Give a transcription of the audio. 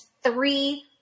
three